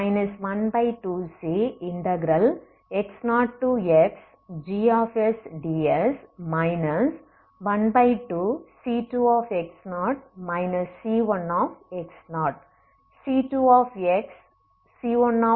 c2x c1x என்பது இதுவே ஆகும்